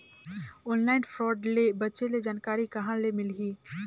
Online fraud ले बचे के जानकारी कहां ले मिलही?